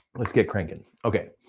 let's get crankin', okay.